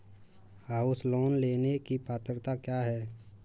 House loan लेने की पात्रता क्या है?